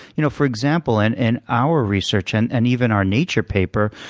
you know for example, in and our research, and and even our nature paper,